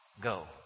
go